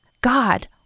God